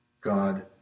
God